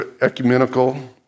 ecumenical